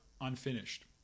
unfinished